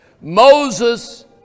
Moses